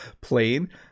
plain